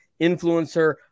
Influencer